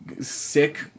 sick